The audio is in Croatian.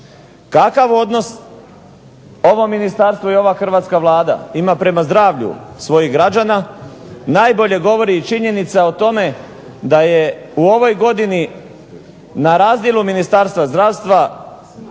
kakav odnos ovo Ministarstvo i ova Vlada Republike Hrvatske ima prema zdravlju svojih građana, najbolje govori činjenica o tome da je u ovoj godini na razdjelu Ministarstva zdravstva